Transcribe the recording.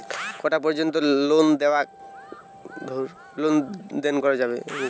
কটা পর্যন্ত লেন দেন করা যাবে?